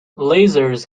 lasers